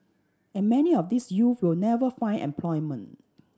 and many of these youth will never find employment